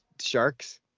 Sharks